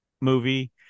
movie